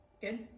Good